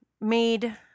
made